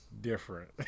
Different